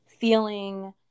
feeling